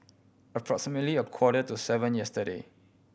approximately a quarter to seven yesterday